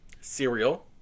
Cereal